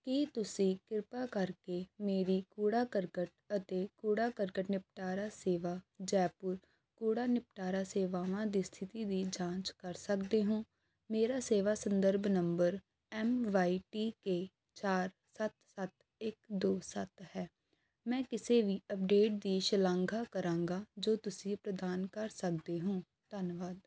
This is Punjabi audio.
ਕੀ ਤੁਸੀਂ ਕਿਰਪਾ ਕਰਕੇ ਮੇਰੀ ਕੂੜਾ ਕਰਕਟ ਅਤੇ ਕੂੜਾ ਕਰਕਟ ਨਿਪਟਾਰਾ ਸੇਵਾ ਜੈਪੁਰ ਕੂੜਾ ਨਿਪਟਾਰਾ ਸੇਵਾਵਾਂ ਦੀ ਸਥਿਤੀ ਦੀ ਜਾਂਚ ਕਰ ਸਕਦੇ ਹੋ ਮੇਰਾ ਸੇਵਾ ਸੰਦਰਭ number M Y T K ਚਾਰ ਸੱਤ ਸੱਤ ਇੱਕ ਦੋ ਸੱਤ ਹੈ ਮੈਂ ਕਿਸੇ ਵੀ ਅਪਡੇਟ ਦੀ ਸ਼ਲਾਘਾ ਕਰਾਂਗਾ ਜੋ ਤੁਸੀਂ ਪ੍ਰਦਾਨ ਕਰ ਸਕਦੇ ਹੋ ਧੰਨਵਾਦ